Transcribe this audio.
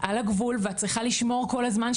על הגבול ואת צריכה לשמור כל הזמן,